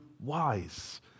wise